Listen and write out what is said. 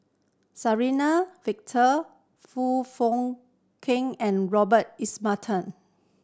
Suzann Victor Foong Fook Kay and Robert Ibbetson